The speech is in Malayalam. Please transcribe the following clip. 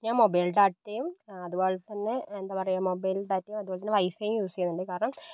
ഞാൻ മൊബൈൽ ഡാറ്റയും അതുപോലതന്നെ എന്താ പറയുക മൊബൈൽ ഡാറ്റയും അതുപോലതന്നെ വൈഫൈയും യൂസ് ചെയ്യുന്നുണ്ട് കാരണം